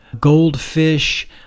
goldfish